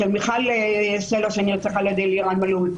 של מיכל סלע שנרצחה על ידי אלירן מלול.